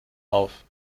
auf